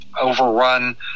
Overrun